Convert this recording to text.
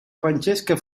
francesca